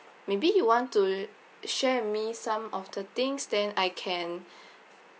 maybe you want to share with me some of the things then I can